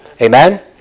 Amen